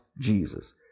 Jesus